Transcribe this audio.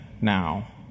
now